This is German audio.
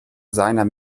seiner